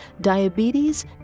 diabetes